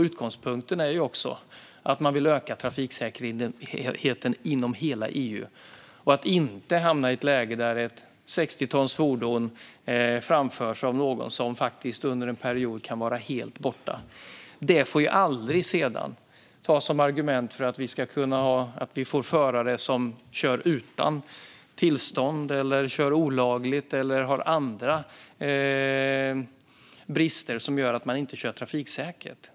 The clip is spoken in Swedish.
Utgångspunkten är att man vill öka trafiksäkerheten inom hela EU och inte hamna i ett läge där ett 60-tonsfordon framförs av någon som under en period faktiskt kan vara helt borta. Detta får sedan aldrig tas som argument för att vi får förare som kör utan tillstånd, kör olagligt eller har andra brister som gör att de inte kör trafiksäkert.